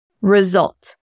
result